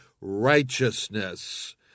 righteousness